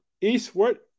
eastward